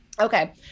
Okay